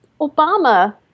Obama